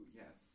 yes